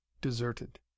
deserted